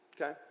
okay